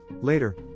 Later